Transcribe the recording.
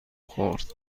خورد